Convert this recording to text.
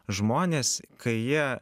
žmonės kai jie